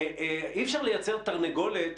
אי-אפשר לייצר תרנגולת,